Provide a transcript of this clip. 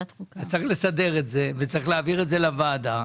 צריך לסדר את זה וצריך להעביר את זה לוועדה.